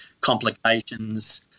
complications